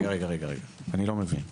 אני לא מבין.